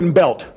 belt